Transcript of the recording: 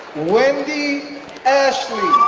wendy ashley,